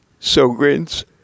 Sogrin's